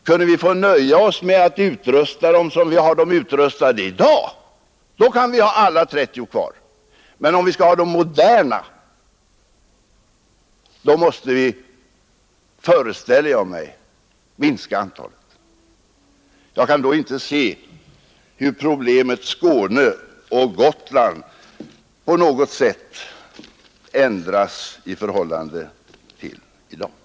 Kunde vi nöja oss med att utrusta dem så som vi har dem utrustade i dag, kan vi ha alla 30 kvar, men om vi skall ha dem moderna måste vi, föreställer jag mig, minska antalet. Jag kan då inte se hur problemet Skåne och Gotland på något sätt ändras i förhållande till i dag.